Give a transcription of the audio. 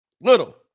little